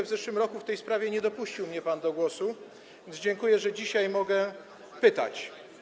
W zeszłym roku w tej sprawie nie dopuścił mnie pan do głosu, więc dziękuję, że dzisiaj mogę o to pytać.